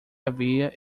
havia